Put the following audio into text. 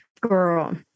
girl